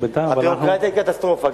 הביורוקרטיה היא קטסטרופה.